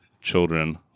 Children